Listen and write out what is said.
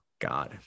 God